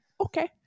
Okay